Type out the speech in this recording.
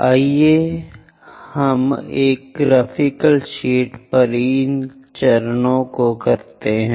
आइए हम एक ग्राफिकल शीट पर इन चरणों को करते हैं